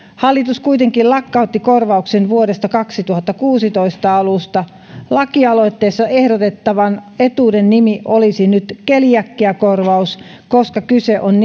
hallitus kuitenkin lakkautti korvauksen vuoden kaksituhattakuusitoista alusta lakialoitteessa ehdotettavan etuuden nimi olisi nyt keliakiakorvaus koska kyse on